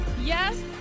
yes